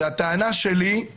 הטענה שלי היא